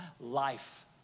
life